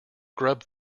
grub